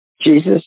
Jesus